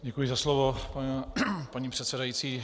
Děkuji za slovo, paní předsedající.